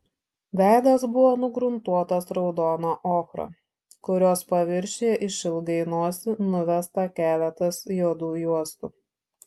veidas buvo nugruntuotas raudona ochra kurios paviršiuje išilgai nosį nuvesta keletas juodų juostų